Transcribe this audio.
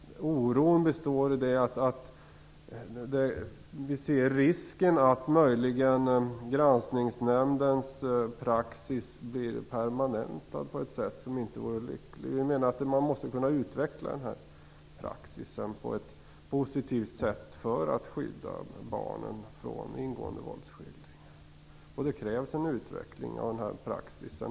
Oron består i att vi ser risken att Granskningsnämndens praxis möjligen blir permanentad på ett sätt som inte vore lyckligt. Vi menar att man måste kunna utveckla denna praxis på ett positivt sätt för att skydda barnen från ingående våldsskildringar. Det krävs en utveckling av denna praxis.